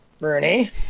Rooney